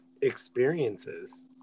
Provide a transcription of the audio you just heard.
experiences